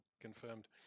confirmed